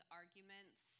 arguments